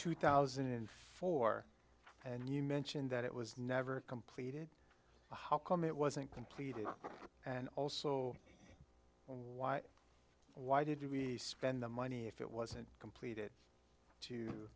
two thousand and four and you mentioned that it was never completed how come it wasn't completed and also why why did you spend the money if it wasn't completed to